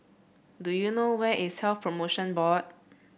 do you know where is Health Promotion Board